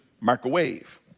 microwave